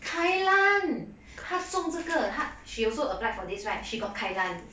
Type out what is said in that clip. kai lan 她中这个她 she also applied for this right she got kai lan